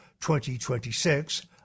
2026